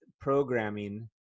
programming